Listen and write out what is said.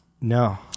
no